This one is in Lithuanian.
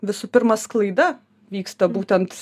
visų pirma sklaida vyksta būtent